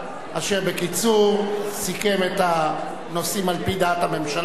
אשר בקיצור סיכם את הנושאים על-פי דעת הממשלה.